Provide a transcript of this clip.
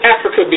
Africa